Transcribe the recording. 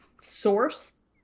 source